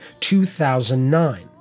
2009